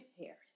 Harris